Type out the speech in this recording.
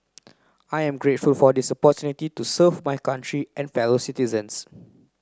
I am grateful for this opportunity to serve my country and fellow citizens